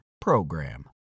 PROGRAM